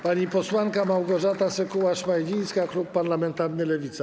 Pani posłanka Małgorzata Sekuła-Szmajdzińska, klub parlamentarny Lewica.